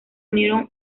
unieron